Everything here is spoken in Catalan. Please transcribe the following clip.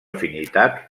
afinitat